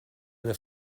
una